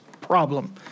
problem